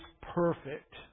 perfect